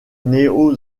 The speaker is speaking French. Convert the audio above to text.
néo